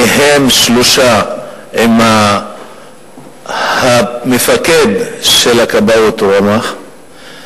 מהם שלושה עם המפקד של הכבאות, רומח.